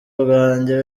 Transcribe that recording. banjye